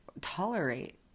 tolerate